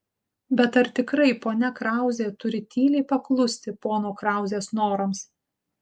bet ar tikrai ponia krauzė turi tyliai paklusti pono krauzės norams